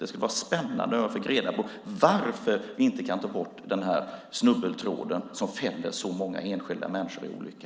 Det skulle vara spännande om jag fick reda på varför man inte kan ta bort den snubbeltråd som fäller så många enskilda människor i olycka?